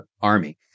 army